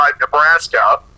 Nebraska